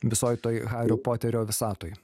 visoj toj hario poterio visatoj